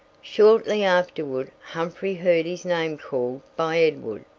shortly afterward humphrey heard his name called by edward,